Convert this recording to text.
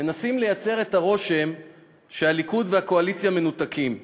מנסים לייצר את הרושם שהליכוד והקואליציה מנותקים,